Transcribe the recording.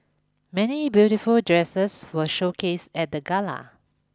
many beautiful dresses were showcased at the Gala